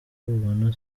babona